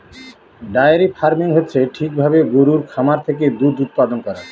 diary farming হচ্ছে ঠিক ভাবে গরুর খামার থেকে দুধ উৎপাদান করা